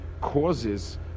causes